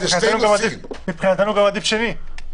מבחינתנו גם עדיף שני.